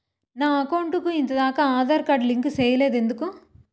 నా అకౌంట్ కు ఎంత దాకా ఆధార్ కార్డు లింకు సేయలేదు ఎందుకు